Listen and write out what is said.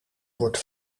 wordt